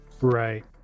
Right